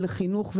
ולחינוך,